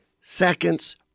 seconds